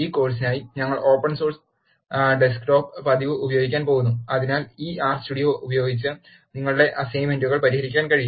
ഈ കോഴ് സിനായി ഞങ്ങൾ ഓപ്പൺ സോഴ്സ് ഡെസ്ക്ടോപ്പ് പതിപ്പ് ഉപയോഗിക്കാൻ പോകുന്നു അതിനാൽ ഈ ആർ സ്റ്റുഡിയോ ഉപയോഗിച്ച് നിങ്ങളുടെ അസൈൻമെന്റുകൾ പരിഹരിക്കാൻ കഴിയും